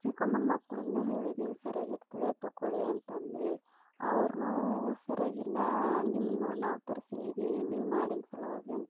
ಚಿಕ್ಕಮ್ಮನ ಮಕ್ಕಳು ಇನ್ನು ಹೇಳಿದ್ವಿ ಸರಿಯಾಗಿ ಇರ್ತದೆ ತೊಗೊಳ್ಳಿ ಅಂತ ಅಂದು ಅವ್ರುನೂ ಸರಿಯಾಗಿ ಇಲ್ಲ ನಿಮ್ಮ ನೋಡಿ ನಾವು ತರ್ಸಿದ್ದೀವಿ ನೀವು ಮಾಡಿದ ಸಲುವಾಗಿ ಅಂತು